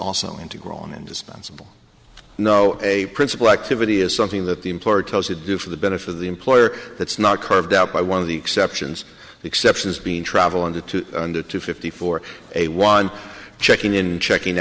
also integral indispensable no a principal activity is something that the employer tells you to do for the benefit of the employer that's not carved out by one of the exceptions exceptions been traveling to two hundred fifty for a one checking in checking